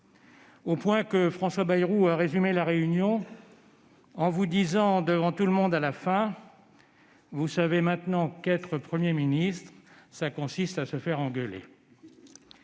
Au point que François Bayrou a résumé la réunion en vous disant devant tout le monde, à la fin :« Vous savez maintenant qu'être Premier ministre ça consiste à se faire engueuler.